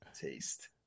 Taste